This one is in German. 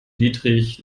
dietrich